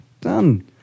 done